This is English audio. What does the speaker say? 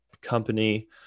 company